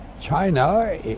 China